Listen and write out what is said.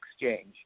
exchange